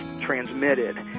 transmitted